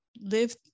live